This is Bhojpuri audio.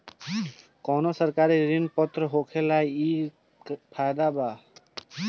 कवनो सरकारी ऋण पत्र होखला के इ फायदा बा